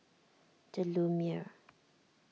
the Lumiere